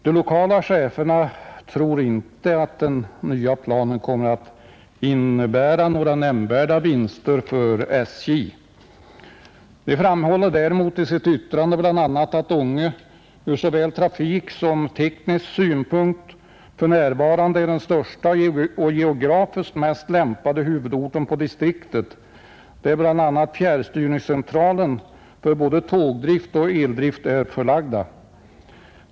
De lokala cheferna tror inte att den nya planen kommer att innebära några nämnvärda vinster för SJ. De framhåller i sitt yttrande bl.a. att Ånge från såväl trafiksynpunkt som teknisk synpunkt för närvarande är den största och geografiskt bäst lämpade huvudorten inom distriktet, där bl.a. fjärrstyrningscentralen för både tågdrift och eldrift är förlagd.